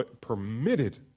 permitted